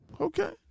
Okay